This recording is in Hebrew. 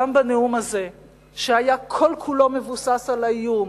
גם בנאום הזה שהיה כל כולו מבוסס על האיום,